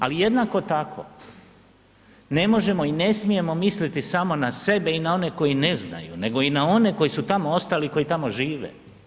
Ali, jednako tako, ne možemo i ne smijemo misliti samo na sebe i na one koji ne znaju, nego i na one koji su tamo ostali i koji tamo žive.